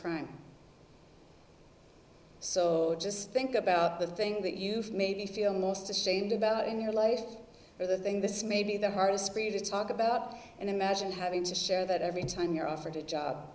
crime so just think about the thing that you've made me feel most ashamed about in your life for the thing this may be the hardest reader talk about and imagine having to share that every time you're offered a job